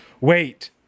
Wait